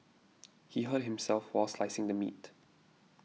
he hurt himself while slicing the meat